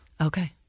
Okay